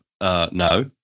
No